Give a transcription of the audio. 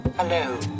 Hello